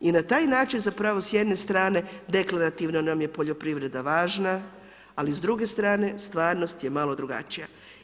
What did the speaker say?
I na taj način zapravo s jedne strane deklarativno nam je poljoprivreda važna ali s druge strane, stvarnost je malo drugačija.